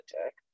attack